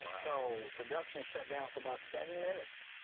so, production shut down for about seven minutes.